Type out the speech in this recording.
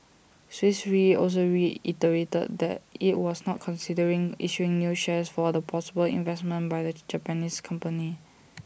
Swiss re also reiterated that IT was not considering issuing new shares for the possible investment by the Japanese company